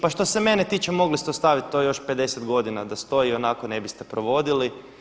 Pa što se mene tiče mogli ste to ostavit još 50 godina da stoji, ionako ne biste provodili.